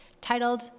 titled